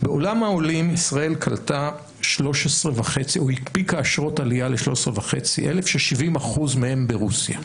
בעולם העולים ישראל הנפיקה אשרות עלייה ל-13,500 כש-70% מהם ברוסיה.